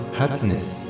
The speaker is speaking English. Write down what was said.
happiness